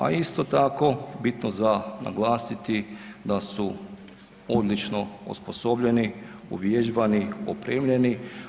A isto tako bitno za naglasiti da su odlično osposobljeni, uvježbani, opremljeni.